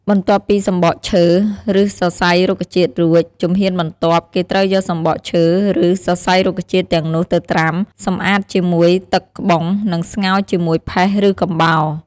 បន្ទាប់ពីសំបកឈើ ឬសរសៃរុក្ខជាតិរួច ជំហានបន្ទាប់ គេត្រូវយកសំបកឈើ ឬសរសៃរុក្ខជាតិទាំងនោះទៅត្រាំ សម្អាតជាមួយទឹកក្បុងនិងស្ងោរជាមួយផេះ ឬកំបោរ។